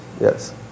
Yes